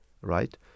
Right